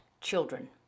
children